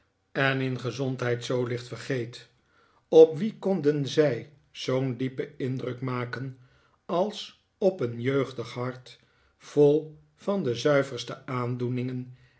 en in gezondheid zoo licht vergeet op wie konden zij zoo'n diepen indruk maken als op een jeugdig hart vol van de zuiverste aandoeningen